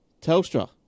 telstra